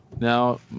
now